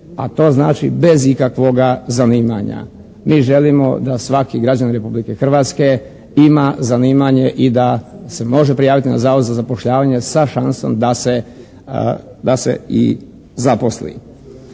a to znači bez ikakvoga zanimanja. Mi želimo da svaki građanin Republike Hrvatske ima zanimanje i da se može prijaviti na Zavod za zapošljavanje sa šansom da se i zaposli.